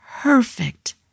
perfect